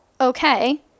okay